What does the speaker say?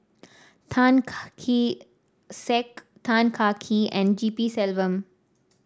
Tan Kah Kee Sek Tan Kah Kee and G P Selvam